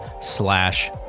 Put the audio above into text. slash